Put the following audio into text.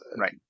Right